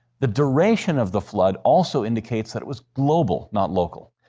the duration of the flood also indicates that it was global not local.